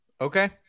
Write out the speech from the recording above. Okay